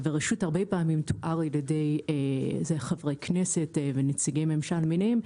והרשות הרבה פעמים תוארה על ידי חברי כנסת ונציגי ממשלה למיניהם,